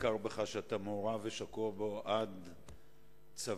ניכר בך שאתה מעורב ושקוע בו עד צווארך.